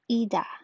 Ida